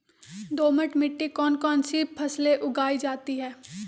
दोमट मिट्टी कौन कौन सी फसलें उगाई जाती है?